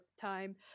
time